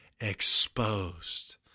exposed